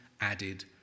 added